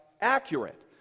accurate